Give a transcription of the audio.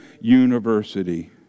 University